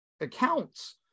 accounts